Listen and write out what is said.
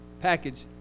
package